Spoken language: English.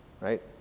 right